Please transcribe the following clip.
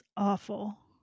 Awful